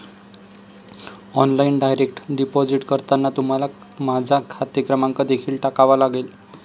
online direct deposit करताना तुम्हाला माझा खाते क्रमांक देखील टाकावा लागेल